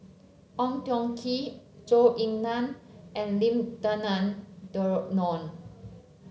Ong Tjoe Kim Zhou Ying Nan and Lim Denan Denon